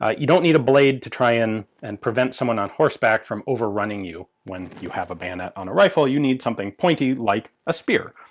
you don't need a blade to try and and prevent someone on horseback from over-running you. when you have a bayonet on a rifle you need something pointy like a spear.